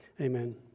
Amen